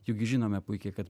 juk žinome puikiai kad